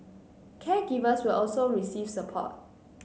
caregivers will also receive support